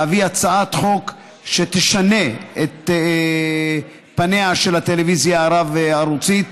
להביא הצעת חוק שתשנה את פניה של הטלוויזיה הרב-ערוצית,